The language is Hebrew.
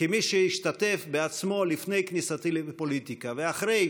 כמי שהשתתף בעצמו, לפני כניסתי לפוליטיקה ואחריה,